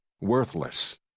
worthless